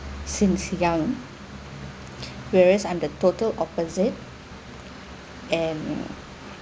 since young whereas I'm the total opposite and